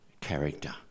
character